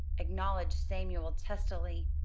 acknowledged samuel testily,